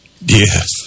Yes